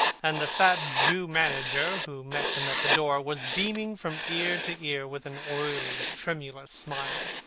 and the fat jew manager who met them at the door was beaming from ear to ear with an oily tremulous smile.